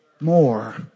more